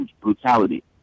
brutality